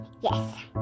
Yes